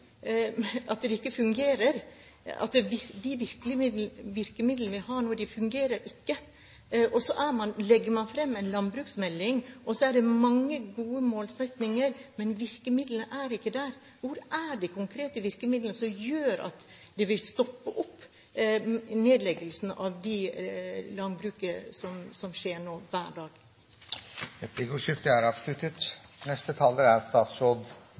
at de virkemidlene vi har nå, ikke fungerer. Man legger fram en landbruksmelding med mange gode målsettinger, men virkemidlene er ikke der. Hvor er de konkrete virkemidlene som gjør at nedleggelsene i landbruket, som skjer hver dag, vil stoppe opp? Replikkordskiftet er omme. I 1992 møttes verdens statsledere i Rio de